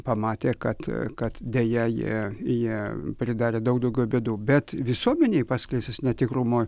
pamatė kad kad deja jie jie pridarė daug daugiau bėdų bet visuomenėj paskleistas netikrumo